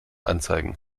anzeigen